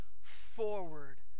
forward